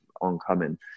oncoming